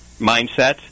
mindset